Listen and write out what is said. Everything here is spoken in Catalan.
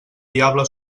diable